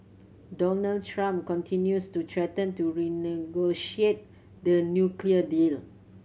Donald Trump continues to threaten to renegotiate the nuclear deal